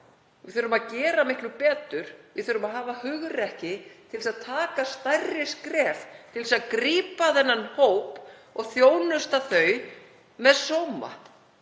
Við þurfum að gera miklu betur. Við þurfum að hafa hugrekki til að stíga stærri skref til að grípa þennan hóp og þjónusta hann með sóma.